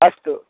अस्तु